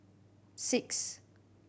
six